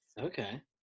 Okay